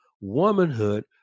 womanhood